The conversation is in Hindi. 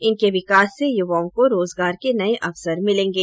इनके विकास से युवाओं को रोजगार के नये अवसर मिलेगें